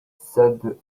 said